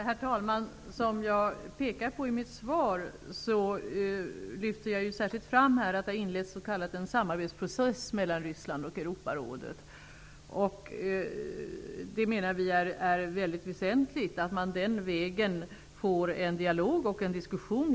Herr talman! I mitt svar lyfte jag särskilt fram att det har inletts en s.k. samarbetsprocess mellan Ryssland och Europarådet. Vi menar att det är mycket väsentligt att man den vägen får en dialog och en diskussion.